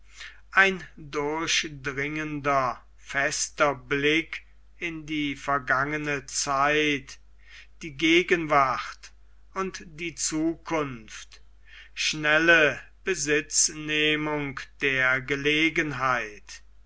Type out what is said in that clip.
ein durchdringender fester blick in die vergangene zeit die gegenwart und die zukunft schnelle besitznehmung der gelegenheit